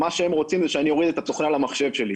הם רוצים שאני אוריד את התוכנה למחשב שלי,